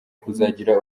kuzagira